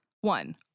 One